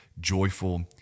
joyful